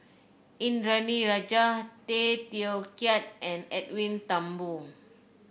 Indranee Rajah Tay Teow Kiat and Edwin Thumboo